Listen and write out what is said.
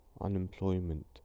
unemployment